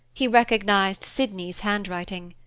he recognized sydney's handwriting.